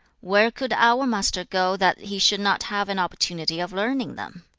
where could our master go that he should not have an opportunity of learning them?